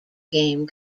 game